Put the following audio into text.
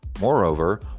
Moreover